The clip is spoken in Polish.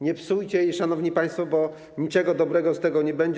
Nie psujcie jej, szanowni państwo, bo niczego dobrego z tego nie będzie.